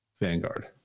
vanguard